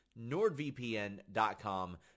NordVPN.com